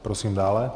Prosím dále.